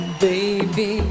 baby